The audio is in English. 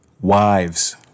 Wives